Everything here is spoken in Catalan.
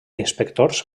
inspectors